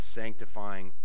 sanctifying